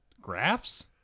graphs